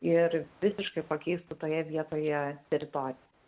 ir visiškai pakeistų toje vietoje teritoriją